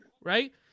right